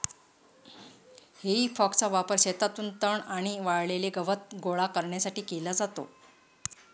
हेई फॉकचा वापर शेतातून तण आणि वाळलेले गवत गोळा करण्यासाठी केला जातो